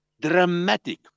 dramatic